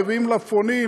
מביאים מלפפונים,